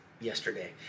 yesterday